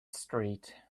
street